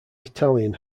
italian